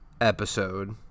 episode